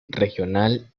regional